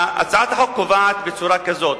הצעת החוק קובעת בצורה כזאת,